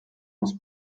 muss